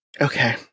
Okay